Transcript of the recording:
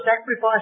sacrifice